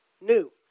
new